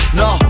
no